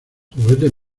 juguetes